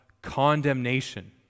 condemnation